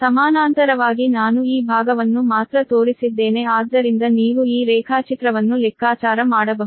ಸಮಾನಾಂತರವಾಗಿ ನಾನು ಈ ಭಾಗವನ್ನು ಮಾತ್ರ ತೋರಿಸಿದ್ದೇನೆ ಆದ್ದರಿಂದ ನೀವು ಈ ರೇಖಾಚಿತ್ರವನ್ನು ಲೆಕ್ಕಾಚಾರ ಮಾಡಬಹುದು